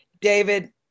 David